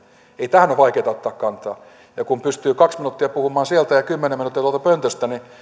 ei tähän ole vaikeata ottaa kantaa ja kun pystyy kaksi minuuttia puhumaan sieltä ja kymmenen minuuttia tuolta pöntöstä niin